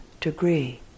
degree